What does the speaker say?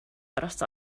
pärast